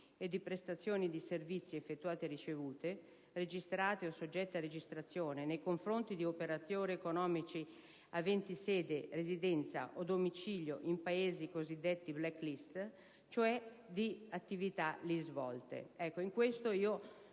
e di prestazioni di servizi effettuate e ricevute, registrate o soggette a registrazione nei confronti di operatori economici aventi sede, residenza o domicilio in Paesi cosiddetti *black list,* ovvero attività lì svolte. Credo che questo sia